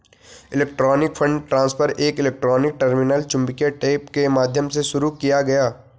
electronic fund transfer एक electronic terminal चुंबकीय tape के माध्यम से शुरू किया गया